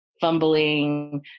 fumbling